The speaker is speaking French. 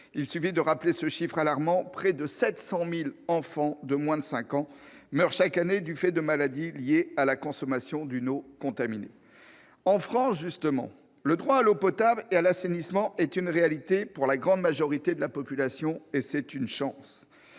Il suffit de rappeler ce chiffre alarmant : près de 700 000 enfants de moins de cinq ans meurent chaque année du fait de maladies liées à la consommation d'une eau contaminée. En France, le droit à l'eau potable et à l'assainissement est une réalité pour la grande majorité de la population. C'est une chance.